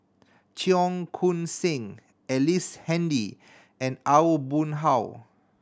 Cheong Koon Seng Ellice Handy and Aw Boon Haw